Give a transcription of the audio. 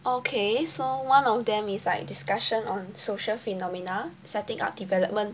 okay so one of them is like discussion on social phenomena setting up development